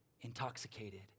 Intoxicated